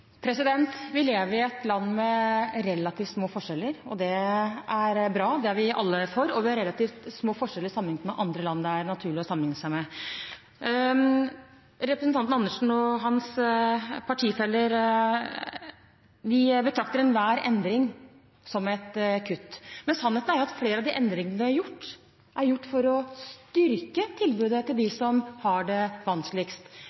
Vi lever i et land med relativt små forskjeller, og det er bra. Det er vi alle for, og vi har relativt små forskjeller sammenliknet med andre land det er naturlig å sammenlikne seg med. Representanten Andersen og hans partifeller betrakter enhver endring som et kutt. Sannheten er at flere av de endringene vi har gjort, er gjort for å styrke tilbudet til dem som har det vanskeligst.